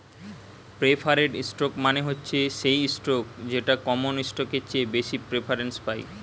preferred stock মানে হচ্ছে সেই স্টক যেটা কমন স্টকের চেয়ে বেশি প্রেফারেন্স পায়